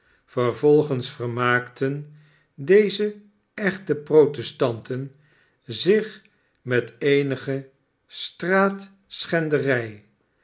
vervolgens vermaakten deze echte protestanten zich met eenige